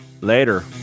Later